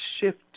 shift